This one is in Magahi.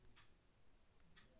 पढाई ल केतना तक लोन मिल सकले हे?